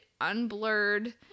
unblurred